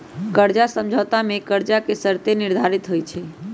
कर्जा समझौता में कर्जा के शर्तें निर्धारित होइ छइ